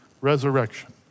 resurrection